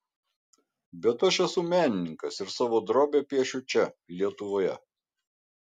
bet aš esu menininkas ir savo drobę piešiu čia lietuvoje